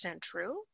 true